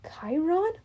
Chiron